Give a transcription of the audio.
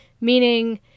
meaning